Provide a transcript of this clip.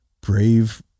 brave